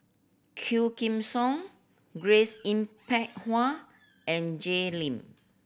Quah Kim Song Grace Yin Peck Ha and Jay Lim